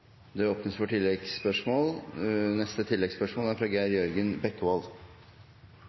Det åpnes for oppfølgingsspørsmål – først Geir Jørgen Bekkevold.